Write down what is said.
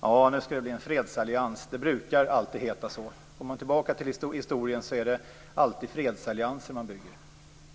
Herr talman! Nu skall det bli en fredsallians. Det brukar alltid heta så. Går man tillbaka till historien är det alltid fredsallianser man bygger,